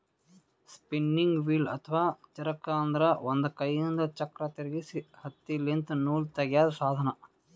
spinning wheel ಅಥವಾ ಚರಕ ಅಂದ್ರ ಒಂದ್ ಕೈಯಿಂದ್ ಚಕ್ರ್ ತಿರ್ಗಿಸಿ ಹತ್ತಿಲಿಂತ್ ನೂಲ್ ತಗ್ಯಾದ್ ಸಾಧನ